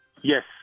Yes